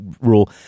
rule